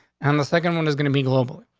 and the second one is gonna be global.